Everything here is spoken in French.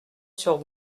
sur